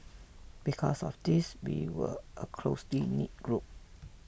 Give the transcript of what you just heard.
because of this we were a closely knit group